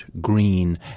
green